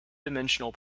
dimensional